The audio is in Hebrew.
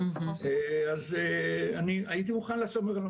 אז אני הייתי מוכן לעסוק בזה,